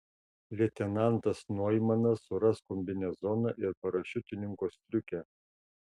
leitenantas noimanas suras kombinezoną ir parašiutininko striukę